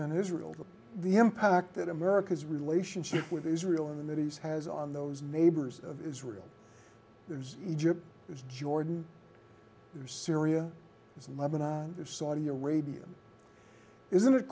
friend israel the impact that america's relationship with israel in the middle east has on those neighbors of israel there's egypt is jordan or syria and lebanon saudi arabia isn't it